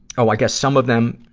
oh, i guess some of them,